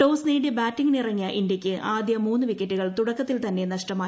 toss നേടി ബാറ്റിംങിന് ഇറങ്ങിയ ഇന്തൃയ്ക്ക് ആദ്യ മൂന്ന് വിക്കറ്റുകൾ തുടക്കത്തിൽ തന്നെ നഷ്ടമായി